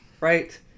right